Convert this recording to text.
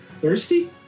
Thirsty